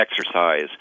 exercise